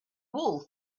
wool